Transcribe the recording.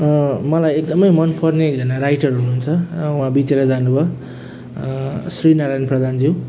मलाई एकदमै मनपर्ने एकजना राइटर हुनुहुन्छ र उहाँ बितेर जानुभयो श्रीनारायण प्रधानज्यू